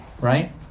Right